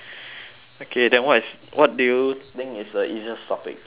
K then what is what do you think is the easiest topic to talk about